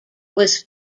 was